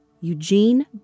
Eugene